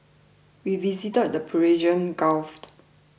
we visited the Persian Gulft